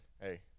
Hey